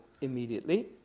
immediately